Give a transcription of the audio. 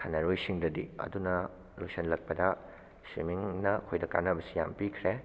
ꯁꯥꯟꯅꯔꯣꯏ ꯁꯤꯡꯗꯗꯤ ꯑꯗꯨꯅ ꯂꯣꯏꯁꯤꯜꯂꯛꯄꯗ ꯁ꯭ꯋꯤꯃꯤꯡꯅ ꯑꯩꯈꯣꯏꯗ ꯀꯥꯟꯅꯕꯁꯤ ꯌꯥꯝ ꯄꯤꯈ꯭ꯔꯦ